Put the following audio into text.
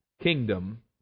kingdom